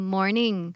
Morning